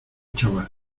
chaval